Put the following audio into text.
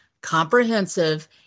comprehensive